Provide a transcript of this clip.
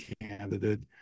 candidate